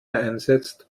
einsetzt